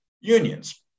unions